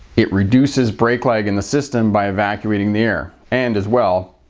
it reduces brake lag in the system by evacuating the air. and as well,